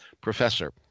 professor